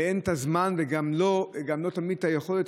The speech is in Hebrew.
ואין את הזמן וגם לא תמיד את היכולת,